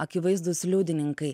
akivaizdūs liudininkai